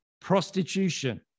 prostitution